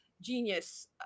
genius